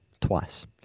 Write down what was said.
twice